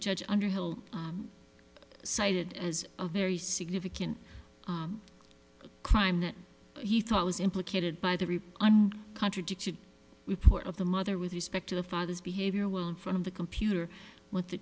judge underhill cited as a very significant crime that he thought was implicated by the rip contradicted report of the mother with respect to the father's behavior will in front of the computer with the